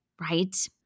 right